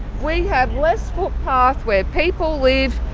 we have less footpath where people live,